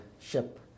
ship